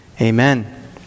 Amen